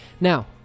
Now